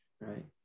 right